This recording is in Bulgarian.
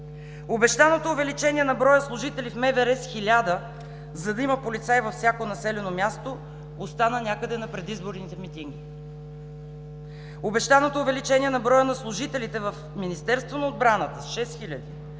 Обещаното увеличение на броя служители в МВР с 1000, за да има полицаи във всяко населено място, остана някъде на предизборните митинги. Обещаното увеличение на броя на служителите в